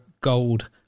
gold